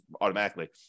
automatically